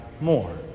more